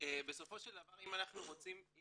בסופו של דבר אם אנחנו זוכרים,